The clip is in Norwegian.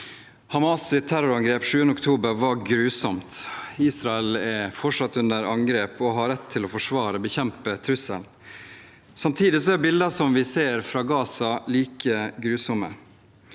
Hamas’ terrorangrep 7. oktober var grusomt. Israel er fortsatt under angrep og har rett til å forsvare seg og bekjempe trusselen. Samtidig er bilder som vi ser fra Gaza, like grusomme.